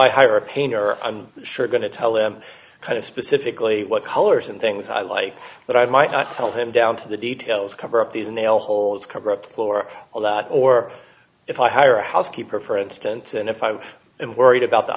i hire a painter i'm sure going to tell him kind of specifically what colors and things i like but i might not tell him down to the details cover up these nail holes cover up floor all that or if i hire a housekeeper for instance and if i've been worried about the